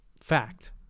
Fact